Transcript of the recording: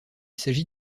s’agit